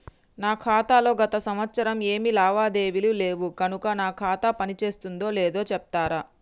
నా ఖాతా లో గత సంవత్సరం ఏమి లావాదేవీలు లేవు కనుక నా ఖాతా పని చేస్తుందో లేదో చెప్తరా?